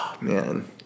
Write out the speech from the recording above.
man